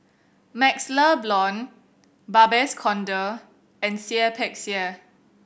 MaxLe Blond Babes Conde and Seah Peck Seah